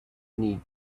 need